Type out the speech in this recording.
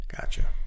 Gotcha